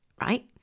right